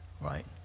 right